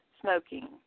smoking